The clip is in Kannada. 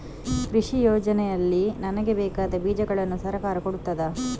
ಕೃಷಿ ಯೋಜನೆಯಲ್ಲಿ ನನಗೆ ಬೇಕಾದ ಬೀಜಗಳನ್ನು ಸರಕಾರ ಕೊಡುತ್ತದಾ?